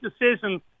decision